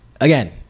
again